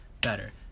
better